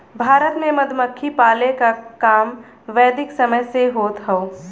भारत में मधुमक्खी पाले क काम वैदिक समय से होत हौ